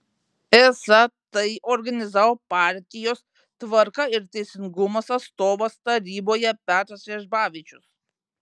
esą tai organizavo partijos tvarka ir teisingumas atstovas taryboje petras vežbavičius